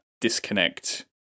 disconnect